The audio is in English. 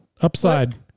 Upside